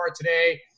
today